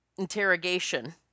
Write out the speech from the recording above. Interrogation